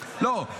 לא,